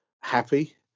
happy